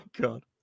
god